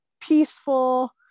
peaceful